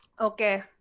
Okay